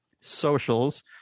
socials